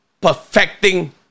perfecting